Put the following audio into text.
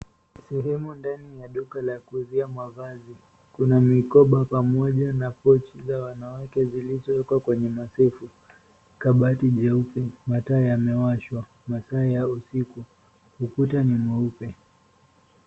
Sehemu ndani ya duka la kuuzia mavazi. Kuna mikoba pamoja na pochi za wanawake zilizowekwa kwenye masafe .Kabati jeupe. Mataa yamewashwa. Masaa ya usiku. Ukuta ni mweupe.